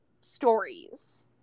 stories